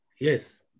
Yes